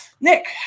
nick